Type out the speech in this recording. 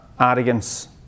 arrogance